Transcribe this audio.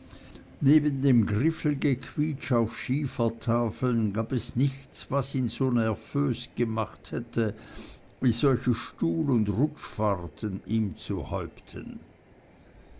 neben dem griffelgequietsch auf schiefertafeln gab es nichts was ihn so nervös gemacht hätte wie solche stuhl und rutschfahrten ihm zu häupten